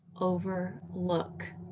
overlook